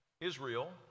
Israel